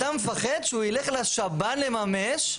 אתה מפחד שהוא ילך לשב"ן לממש,